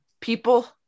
people